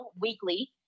weekly